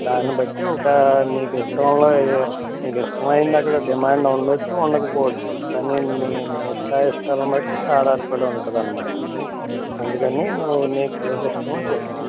దాన్ని బట్టి ఒక మీకిష్టములో మీకిష్టమైనది అక్కడ డిమాండ్ ఉండచ్చు ఉండకపోవచ్చు కానీ మీ మీ ఇష్టా ఇష్టాలు బట్టి ఆధారపడి ఉంటుందన్న మాట అందుకని నువ్వు నీకేది ఇష్టమో చెప్పు